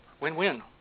win-win